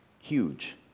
huge